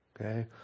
Okay